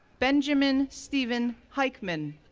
benjamin steven heichman,